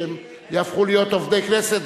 שהם יהפכו להיות עובדי הכנסת,